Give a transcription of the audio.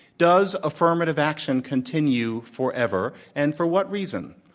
does affirmative action continue forever and for what reason?